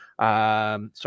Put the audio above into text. Sorry